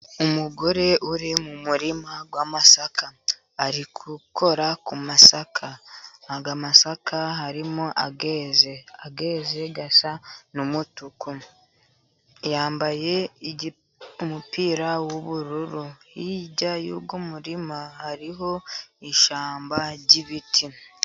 Umugore uri mu murima w'amasaka, ari gukora ku masaka aya masaka harimo ayeze, ayeze asa n'umutuku. Yambaye umupira w'ubururu, hirya y'umurima hariho ishyamba ry'ibiti.